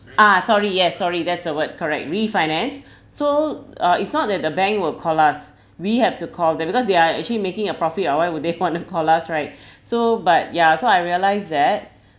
ah sorry yes sorry that's the word correct refinance so uh it's not that the bank will call us we have to call them because they are actually making a profit ah why would they wanna call us right so but ya so I realise that